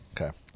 Okay